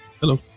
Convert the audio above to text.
hello